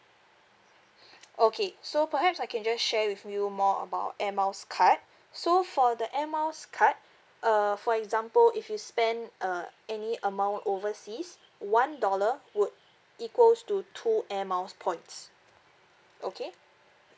okay so perhaps I can just share with you more about Air Miles card so for the Air Miles card uh for example if you spend uh any amount overseas one dollar would equals to two Air Miles points okay